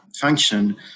function